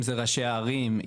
אם זה ראשי הערים,